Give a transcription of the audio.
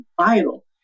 vital